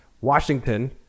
Washington